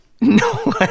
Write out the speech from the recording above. No